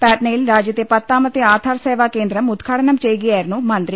പാറ്റ്നയിൽ രാജ്യത്തെ പത്താമത്തെ ആധാർ സേവാ കേന്ദ്രം ഉദ്ഘാടനം ചെയ്യു കയായിരുന്നു മന്ത്രി